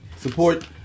Support